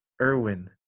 Irwin